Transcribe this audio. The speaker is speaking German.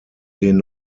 den